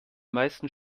meisten